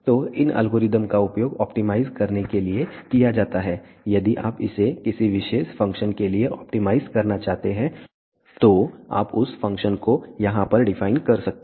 तो इन एल्गोरिदम का उपयोग ऑप्टिमाइज करने के लिए किया जाता है यदि आप इसे किसी विशेष फ़ंक्शन के लिए ऑप्टिमाइज करना चाहते हैं तो आप उस फ़ंक्शन को यहां पर डिफाइन कर सकते हैं